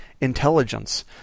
intelligence